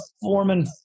foreman